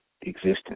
existence